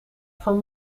van